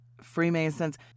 Freemasons